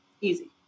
Easy